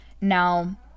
now